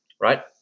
Right